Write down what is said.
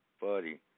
buddy